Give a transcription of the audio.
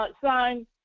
sign